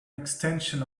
extension